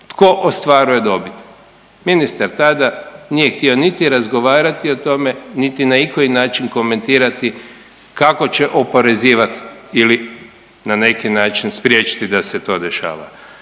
Tko ostvaruje dobit? Ministar tada nije htio niti razgovarati o tome, niti na ikoji način komentirati kako će oporezivati ili na neki način spriječiti da se to dešava.